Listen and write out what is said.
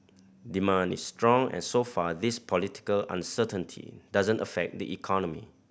demand is strong and so far this political uncertainty doesn't affect the economy